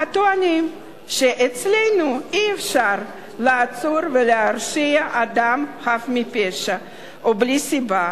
הטוענים שאצלנו אי-אפשר לעצור ולהרשיע אדם חף מפשע או בלי סיבה,